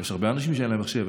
יש הרבה אנשים שאין להם מחשב,